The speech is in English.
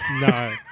No